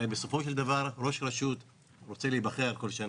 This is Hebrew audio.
הרי בסופו של דבר ראש רשות רוצה להיבחר בכל שנה,